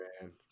man